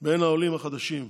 בין העולים החדשים,